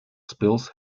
spills